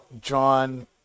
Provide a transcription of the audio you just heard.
john